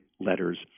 letters